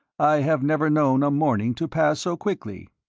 i have never known a morning to pass so quickly.